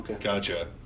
Gotcha